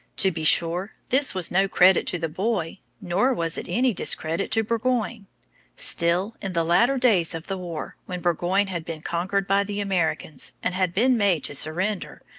to be sure, this was no credit to the boy, nor was it any discredit to burgoyne still, in the later days of the war, when burgoyne had been conquered by the americans, and had been made to surrender,